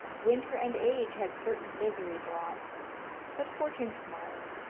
winter and age had certain misery brought but fortune smiled,